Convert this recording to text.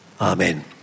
Amen